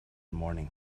morning